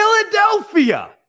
Philadelphia